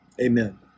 Amen